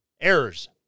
errors